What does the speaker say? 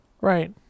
Right